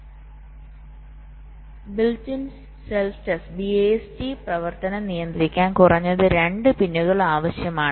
അതിനാൽ BIST പ്രവർത്തനം നിയന്ത്രിക്കാൻ കുറഞ്ഞത് 2 പിന്നുകൾ ആവശ്യമാണ്